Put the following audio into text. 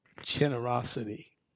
generosity